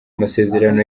amasezerano